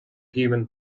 human